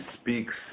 speaks